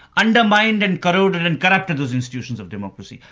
undermined and corroded and corrupted those institutions of democracy.